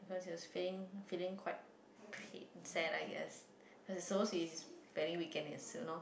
because he was feeling feeling quite he sad I guess cause it's supposed to be his wedding weekend it's you know